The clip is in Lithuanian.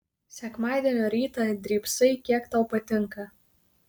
sekmadienio rytą drybsai kiek tau patinka